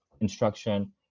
instruction